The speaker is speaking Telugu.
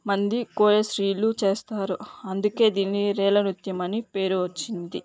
మంది కోయ స్త్రీలు చేస్తారు అందుకే దీన్ని రేలా నృత్యము అని పేరు వచ్చింది